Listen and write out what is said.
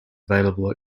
available